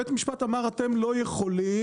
בית משפט אמר אתם לא יכולים,